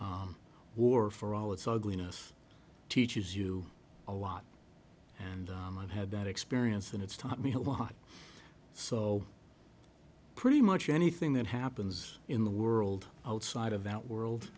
war for all its ugliness teaches you a lot and i've had that experience and it's taught me a lot so pretty much anything that happens in the world outside of that world